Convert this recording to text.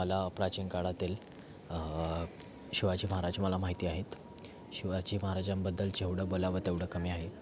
मला प्राचीन काळातील शिवाजी महाराज मला माहिती आहेत शिवाजी महाराजांबद्दल जेवढं बोलावं तेवढं कमी आहे